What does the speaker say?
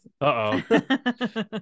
Uh-oh